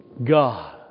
God